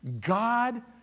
God